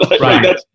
right